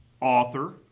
author